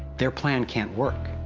their plan can't work.